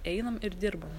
einam ir dirbam